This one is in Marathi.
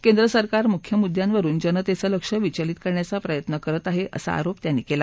केंद्र सरकार मुख्य मुद्यांवरुन जनतेचं लक्ष विचलित करण्याचा प्रयत्न करत आहे असा आरोप त्यांनी केला